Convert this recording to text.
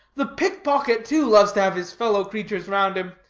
the pick-pocket, too, loves to have his fellow-creatures round him.